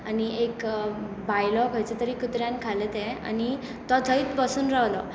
आनी एक भायलो खंयच्या तरी कुत्र्यान खालें तें आनी तो थंयच बसून रावलो